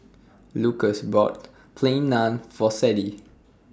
Lucas bought Plain Naan For Sadye